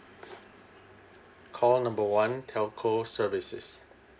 call number one telco services